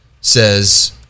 says